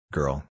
Girl